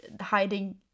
hiding